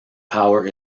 power